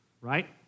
right